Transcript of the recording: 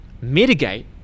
mitigate